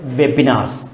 webinars